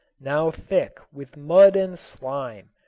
now thick with mud and slime,